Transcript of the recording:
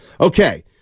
Okay